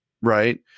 right